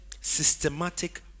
systematic